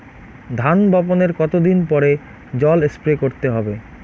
ধান বপনের কতদিন পরে জল স্প্রে করতে হবে?